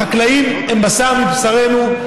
החקלאים הם בשר מבשרנו,